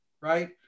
right